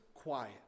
quiet